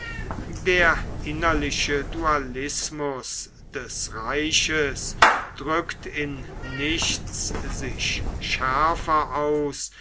der innerliche dualismus des reiches drückt in nichts sich schärfer aus